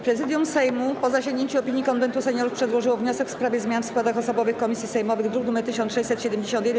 Prezydium Sejmu, po zasięgnięciu opinii Konwentu Seniorów, przedłożyło wniosek w sprawie zmian w składach osobowych komisji sejmowych, druk nr 1671.